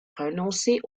renoncer